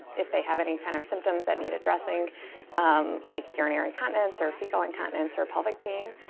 if they have any kind of symptoms that need addressing like urinary incontinence or fecal incontinence or pelvic pain.